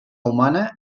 humana